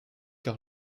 car